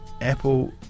Apple